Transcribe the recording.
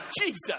Jesus